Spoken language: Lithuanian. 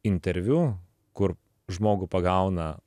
interviu kur žmogų pagauna